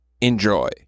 Enjoy